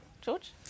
George